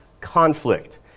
conflict